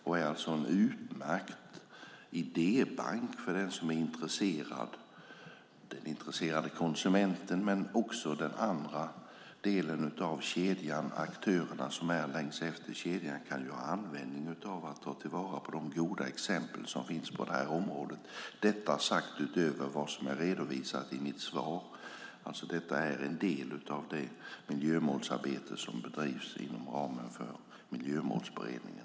Den är alltså en utmärkt idébank för den som är intresserad, den intresserade konsumenten men också aktörerna i kedjan kan ha användning av att ta vara på de goda exempel som finns på det här området - detta sagt utöver vad som är redovisat i mitt svar. Detta är alltså en del av det miljömålsarbete som bedrivs inom ramen för Miljömålsberedningen.